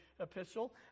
epistle